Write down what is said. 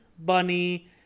bunny